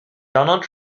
donald